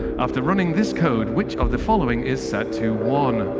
after running this code, which of the following is set to one?